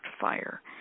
fire